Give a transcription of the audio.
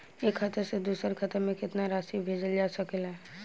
एक खाता से दूसर खाता में केतना राशि भेजल जा सके ला?